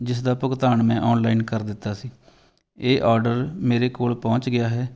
ਜਿਸ ਦਾ ਭੁਗਤਾਨ ਮੈਂ ਔਨਲਾਈਨ ਕਰ ਦਿੱਤਾ ਸੀ ਇਹ ਔਡਰ ਮੇਰੇ ਕੋਲ ਪਹੁੰਚ ਗਿਆ ਹੈ